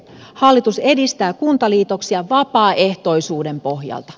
hallitus edistää kuntaliitoksia vapaaehtoisuuden pohjalta